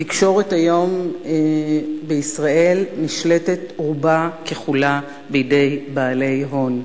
התקשורת בישראל היום נשלטת רובה ככולה בידי בעלי הון,